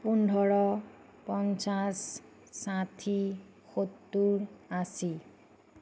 পোন্ধৰ পঞ্চাছ ষাঠি সত্তৰ আশী